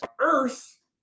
Earth